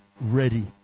ready